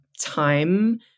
time